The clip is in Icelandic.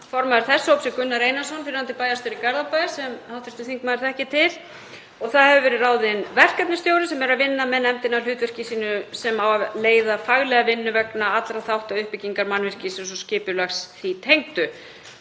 Formaður þess hóps er Gunnar Einarsson, fyrrverandi bæjarstjóri í Garðabæ, sem hv. þingmaður þekkir til, og það hefur verið ráðinn verkefnastjóri sem er að vinna með nefndinni að hlutverki hennar sem á að leiða faglega vinnu vegna allra þátta uppbyggingar mannvirkis og skipulags því tengdu.